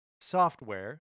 software